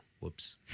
Whoops